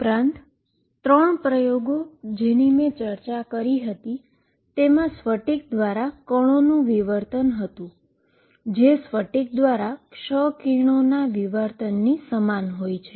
અને 3 પ્રયોગો જેની મેં ચર્ચા કરી હતી તેમાં ક્રિસ્ટલ દ્વારા પાર્ટીકલનું ડિફ્રેક્શન હતું જે ક્રિસ્ટલ દ્વારા એક્સ રેના ડિફ્રેક્શનની સમાન હોય છે